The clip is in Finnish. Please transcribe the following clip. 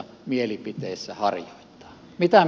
mitä mieltä olette